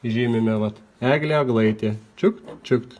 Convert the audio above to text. žymime vat eglė eglaitė čiuk čiuk